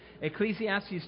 Ecclesiastes